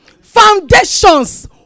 foundations